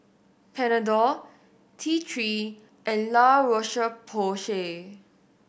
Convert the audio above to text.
Panadol T Three and La Roche Porsay